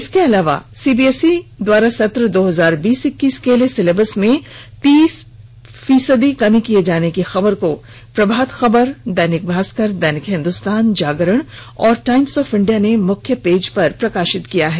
इसके अलावा सीबीएसई द्वारा सत्र दो हजार बीस इक्कीस के लिए सिलेबस में तीस प्रतिषत की कमी किये जाने की खबर को प्रभात खबर दैनिक भास्कर दैनिक हिन्दुस्तान जागरण और टाइम्स ऑफ इंडिया ने मुख्य पेज पर प्रकाषित किया है